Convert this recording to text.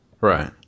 Right